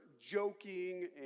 joking